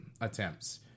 attempts